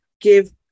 give